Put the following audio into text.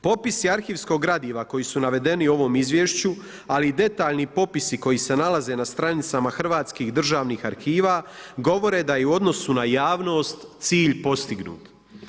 Popisi arhivskog gradiva koji su navedeni u ovom izvješću, ali i detaljni popisi koji se nalaze na stranicama Hrvatskih državnih arhiva govore da je u odnosu na javnost cilj postignut.